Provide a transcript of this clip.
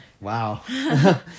Wow